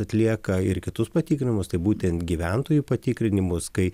atlieka ir kitus patikrinimus tai būtent gyventojų patikrinimus kai